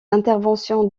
interventions